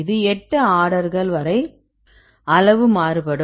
இது 8 ஆர்டர்கள் வரை அளவு மாறுபடும்